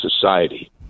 society